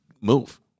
move